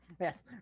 yes